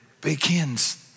begins